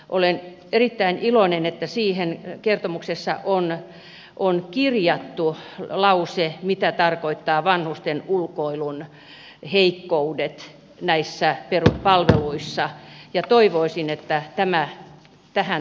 olen erittäin iloinen että siihen kertomuksessa on kirjattu lause mitä tarkoittaa vanhusten ulkoilun heikkoudet näissä peruspalveluissa ja toivoisin että tähän tulee muutoksia